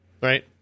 Right